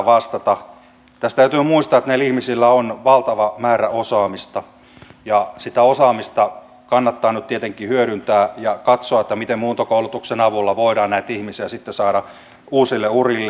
tässä täytyy muistaa että näillä ihmisillä on valtava määrä osaamista ja sitä osaamista kannattaa nyt tietenkin hyödyntää ja katsoa miten muuntokoulutuksen avulla voidaan näitä ihmisiä sitten saada uusille urille